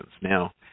Now